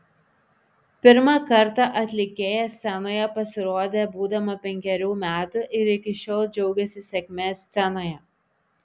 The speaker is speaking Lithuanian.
pirmą kartą atlikėja scenoje pasirodė būdama penkerių metų ir iki šiol džiaugiasi sėkme scenoje